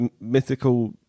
mythical